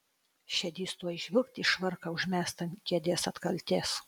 šedys tuoj žvilgt į švarką užmestą ant kėdės atkaltės